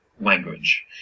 language